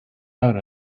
out